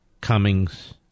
Cummings